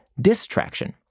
distraction